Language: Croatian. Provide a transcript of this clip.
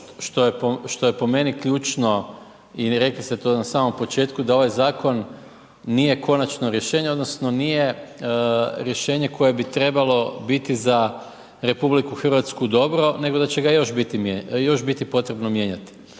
što je po meni ključno i rekli ste to na samom početku da ovaj zakon nije konačno rješenje odnosno nije rješenje koje bi trebalo biti za Republiku Hrvatsku dobro, nego da će ga još biti potrebno mijenjati.